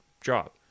job